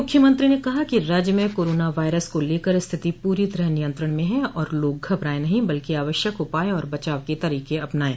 मूख्यमंत्री ने कहा कि राज्य में कोरोना वायरस को लेकर स्थिति पूरी तरह नियंत्रण में है और लोग घबरायें नहीं बल्कि आवश्यक उपाय और बचाव के तरीके अपनाएं